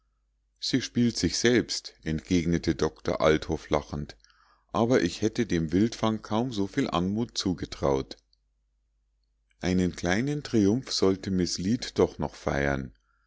sie spielt sich selbst entgegnete doktor althoff lachend aber ich hätte dem wildfang kaum so viel anmut zugetraut einen kleinen triumph sollte miß lead doch noch feiern